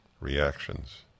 reactions